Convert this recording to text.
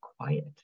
quiet